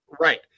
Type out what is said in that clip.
Right